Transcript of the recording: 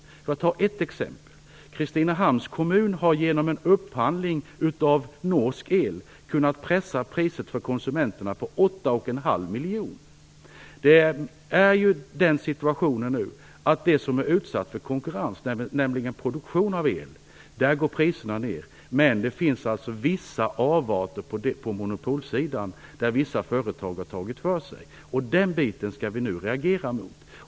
Ett exempel på detta är att Kristinehamns kommun genom en upphandling av norsk el kunnat pressa priset för konsumenterna med åtta och en halv miljoner kronor. Situationen är sådan att för den som är utsatt för konkurrens, nämligen producenterna av el, går priserna ned. Det finns dock vissa avarter på monopolsidan, där vissa företag har tagit för sig. Det skall vi nu reagera mot.